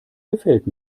gefällt